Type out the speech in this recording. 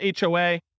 HOA